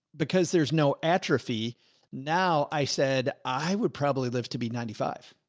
because there's no atrophy now. i said i would probably live to be ninety five.